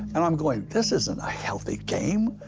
and i'm going, this isn't a healthy game.